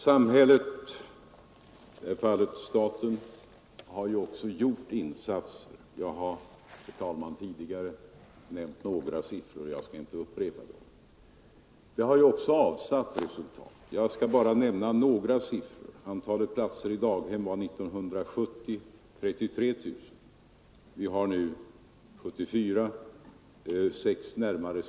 Samhället — i det här fallet staten — har ju också gjort insatser. Jag Nr 122 har, herr talman, tidigare nämnt några siffror, och jag skall inte upprepa Torsdagen den dem. Men resultatet framgår av ett par andra siffror. Antalet platser 14 november 1974 i daghem år 1970 var 33 000.